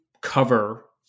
cover